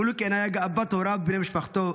מולקן היה גאוות הוריו ובני משפחתו,